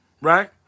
right